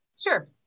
Sure